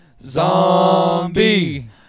Zombie